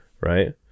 right